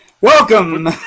welcome